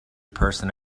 person